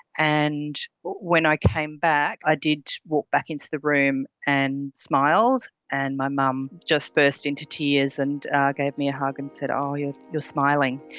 and when i came back, i did walk back into the room and smiled and my mom just burst into tears and gave me a hug and said, you're you're smiling.